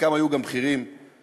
חלקם היו גם בכירים בצה"ל,